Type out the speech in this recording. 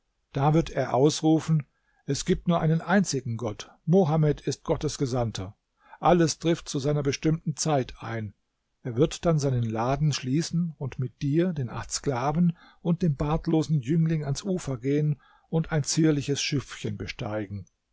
da wird er ausrufen es gibt nur einen einzigen gott mohammed ist gottes gesandter alles trifft zu seiner bestimmten zeit ein er wird dann seinen laden schließen und mit dir den acht sklaven und dem bartlosen jüngling ans ufer gehen und ein zierliches schiffchen besteigen